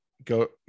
Go